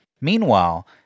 Meanwhile